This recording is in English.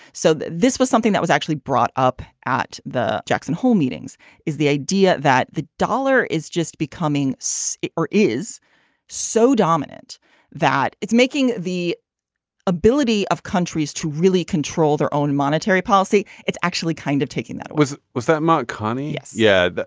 so this was something that was actually brought up at the jackson hole meetings is the idea that the dollar is just becoming so or is so dominant that it's making the ability of countries to really control their own monetary policy. it's actually kind of taking that was was that mark carney yeah. yeah